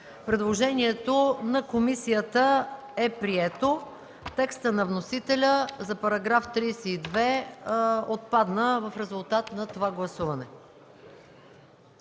Предложението на комисията е прието. Текстът на вносителя за § 32 отпадна в резултат на това гласуване.